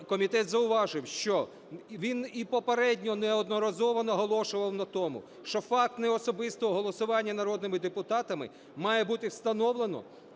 комітет зауважив, що він і попередньо неодноразово наголошував на тому, що факт неособистого голосування народними депутатами має бути встановлено